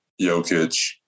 Jokic